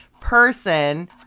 person